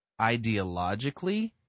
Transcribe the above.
Ideologically